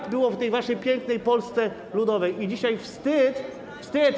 Tak było w tej waszej pięknej Polsce Ludowej i dzisiaj wstyd, wstyd.